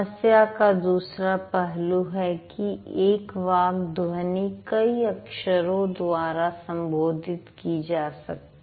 समस्या का दूसरा पहलू है कि एक वाक् ध्वनि कई अक्षरों द्वारा संबोधित की जा सकती है